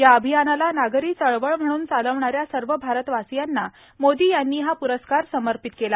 या अभियानाला नागरी चळवळ म्हणून चालवणाऱ्या सर्व भारतवासीयांना मोदी यांनी हा पुरस्कार समर्पित केला